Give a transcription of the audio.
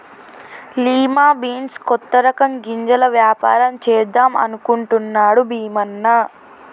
lima beans కొత్త రకం గింజల వ్యాపారం చేద్దాం అనుకుంటున్నాడు భీమన్న